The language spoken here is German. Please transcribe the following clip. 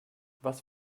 was